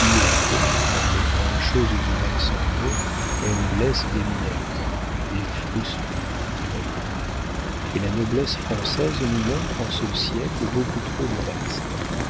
quand les grandes choses humaines s'en vont elles laissent des miettes des frusteaux dirait rabelais et la noblesse française nous montre en ce siècle beaucoup trop de restes